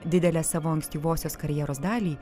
didelę savo ankstyvosios karjeros dalį